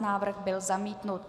Návrh byl zamítnut.